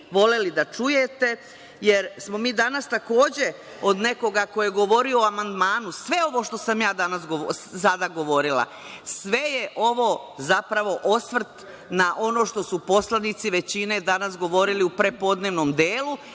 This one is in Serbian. voleli da čujete, jer smo mi danas takođe od nekoga ko je govorio o amandmanu sve ovo što sam ja sada govorila, sve je ovo zapravo osvrt na ono što su poslanici većine danas govorili u prepodnevnom delu